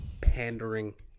Pandering